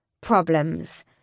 Problems